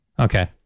Okay